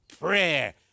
prayer